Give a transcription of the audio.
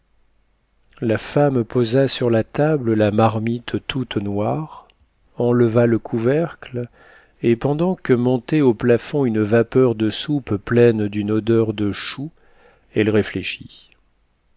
la femme posa sur la table la marmite toute noire enleva le couvercle et pendant que montait au plafond une vapeur de soupe pleine d'une odeur de choux elle réfléchit